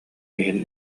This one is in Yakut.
иһин